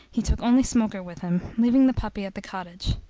he took only smoker with him, leaving the puppy at the cottage.